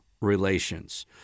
relations